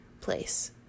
place